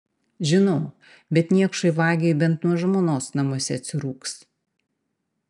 žinau bet niekšui vagiui bent nuo žmonos namuose atsirūgs